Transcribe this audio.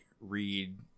read